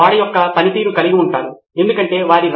నితిన్ కురియన్ లేదు రిపోజిటరీలో ఒక సమాచారము మాత్రమే ఉండాలి